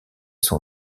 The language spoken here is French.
son